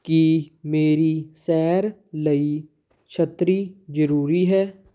ਕੀ ਮੇਰੀ ਸੈਰ ਲਈ ਛੱਤਰੀ ਜ਼ਰੂਰੀ ਹੈ